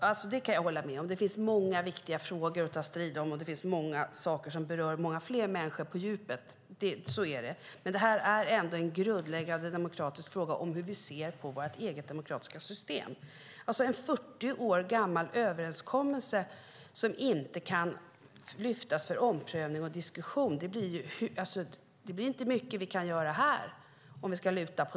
Herr talman! Det kan jag hålla med om. Det finns många viktiga frågor att ta strid om, och det finns många saker som berör många fler människor på djupet. Så är det. Men det här är ändå en grundläggande demokratisk fråga om hur vi ser på vårt eget demokratiska system. Om en 40 år gammal överenskommelse inte kan lyftas upp för omprövning och diskussion blir det inte mycket vi kan göra här.